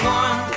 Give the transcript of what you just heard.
one